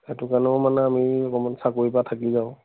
সেইটো কাৰণেও মানে আমি অকণমান চাকৰি পৰা থাকি যাওঁ